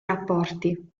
rapporti